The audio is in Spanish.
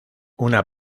una